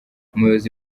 umuyobozi